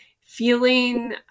feeling